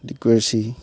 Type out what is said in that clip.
ꯂꯤꯛꯀꯔꯁꯤ